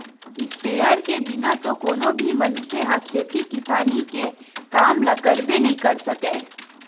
sprayer के बिना तो कोनो भी मनखे ह खेती किसानी के काम ल करबे नइ कर सकय